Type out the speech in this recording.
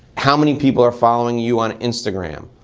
how many people are following you on instagram.